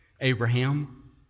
Abraham